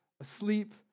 asleep